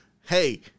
hey